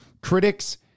Critics